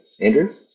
Andrew